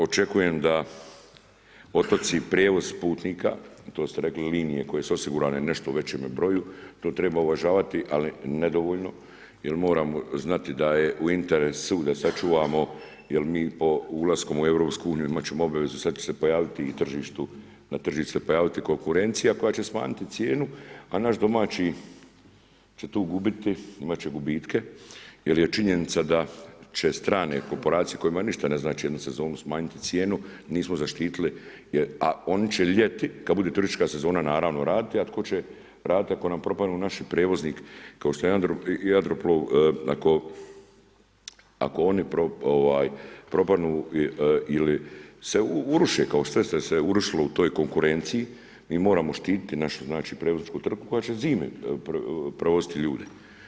Očekujem da otoci i prijevoz putnika, to ste rekli linije koje su osigurane nešto u većem broju, to treba uvažavati, ali nedovoljno jer moramo znati da je u interesu da sačuvamo, jer mi ulaskom u EU imat ćemo obavezu, sad će se pojaviti i tržištu, na tržištu će se pojaviti konkurencija koja će smanjiti cijenu, a naš domaći će tu gubiti, imat će gubitke jer je činjenica da će strane korporacije kojima ništa ne znači jednu sezonu smanjiti cijenu nismo zaštitili, a oni će ljeti kad bude turistička sezona naravno raditi, a tko će raditi ako nam propadnu naši prijevoznik kao što je Jadroplov, ako oni propadnu ili se uruše, kao sve što se urušilo u toj konkurenciji, mi moramo štiti znači našu prijevozničku tvrtku koja će zimi prevoziti ljude.